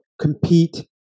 compete